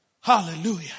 hallelujah